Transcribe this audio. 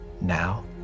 now